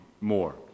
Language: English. more